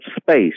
space